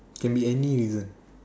can be any reason